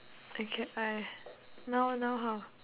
okay I now now how